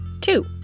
Two